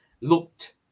looked